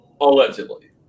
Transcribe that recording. allegedly